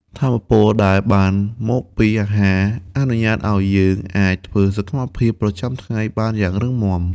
ថាមពលដែលបានមកពីអាហារអនុញ្ញាតឱ្យយើងអាចធ្វើសកម្មភាពប្រចាំថ្ងៃបានយ៉ាងរឹងមាំ។